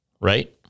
right